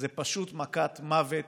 זו פשוט מכת מוות